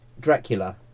Dracula